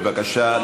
בבקשה,